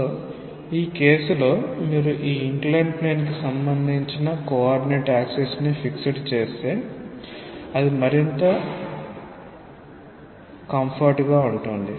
so ఈ కేసులో మీరు ఈ ఇంక్లైన్డ్ ప్లేన్ కి సంబందించిన కోఆర్డినేట్ యాక్సిస్ ని ఫిక్స్ చేస్తే అది మరింత సౌకర్యవంతంగా ఉంటుంది